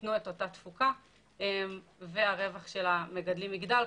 שיתנו את אותה תפוקה והרווח של המגדלים יגדל,